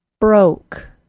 Broke